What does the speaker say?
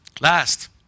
Last